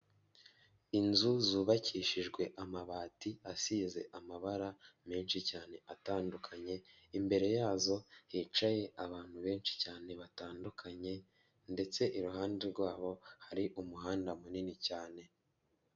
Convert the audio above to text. Inzu zubakishijwe amabati asize amabara menshi cyane atandukanye, imbere yazo hicaye abantu benshi cyane batandukanye ndetse iruhande rwabo hari umuhanda munini cyane.